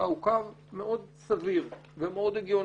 קבעה הוא קו מאוד סביר ומאוד הגיוני.